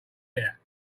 air